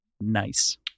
nice